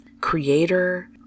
creator